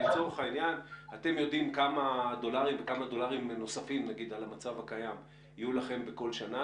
אתם יודעים כמה דולרים יהיו לכם בכל שנה,